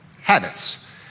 habits